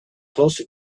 closer